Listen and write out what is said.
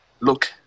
look